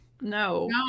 No